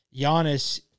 Giannis